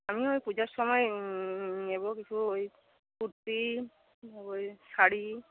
আমি ওই পূজার সময় নেব কিছু ওই কুর্তি নেব ওই শাড়ি